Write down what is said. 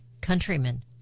countrymen